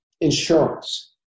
insurance